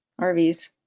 RVs